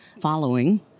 following